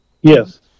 Yes